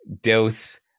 dose